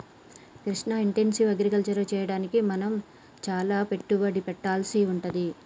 Krishna intensive agriculture చెయ్యడానికి మనం చాల పెట్టుబడి పెట్టవలసి వుంటది